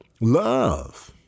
Love